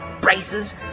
braces